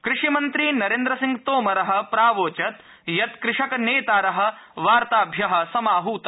कृषिमन्त्री नरेन्द्रसिंहतोमर प्रावोचत् यत् कृषकनेतार वार्ताभ्य समाहूता